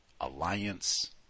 alliance